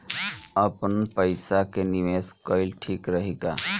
आपनपईसा के निवेस कईल ठीक रही का?